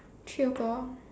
three o-clock